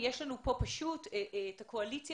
יש לנו כאן פשוט את הקואליציה.